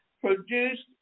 produced